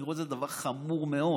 אני רואה בזה דבר חמור מאוד,